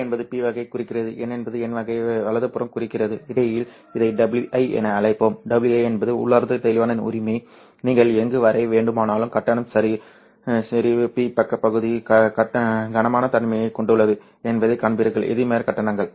P என்பது P வகையை குறிக்கிறது N என்பது N வகை வலதுபுறம் குறிக்கிறது இடையில் இதை WI என அழைப்போம் WI என்பது உள்ளார்ந்த தெளிவான உரிமை நீங்கள் எங்கு வரைய வேண்டுமானாலும் கட்டணம் செறிவு P பக்க பகுதி கனமான தன்மையைக் கொண்டுள்ளது என்பதைக் காண்பீர்கள் எதிர்மறை கட்டணங்கள்